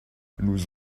nous